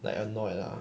like annoyed lah